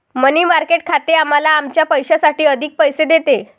मनी market खाते आम्हाला आमच्या पैशासाठी अधिक पैसे देते